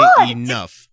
enough